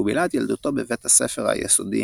הוא בילה את ילדותו בבית הספר היסודי